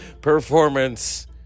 performance